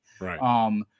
Right